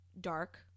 dark